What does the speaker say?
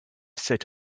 sit